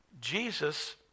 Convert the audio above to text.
Jesus